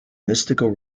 mystical